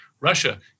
Russia